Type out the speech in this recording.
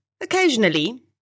occasionally